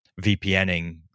VPNing